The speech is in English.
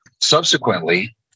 subsequently